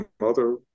mother